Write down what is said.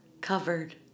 covered